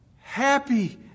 happy